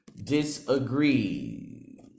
disagree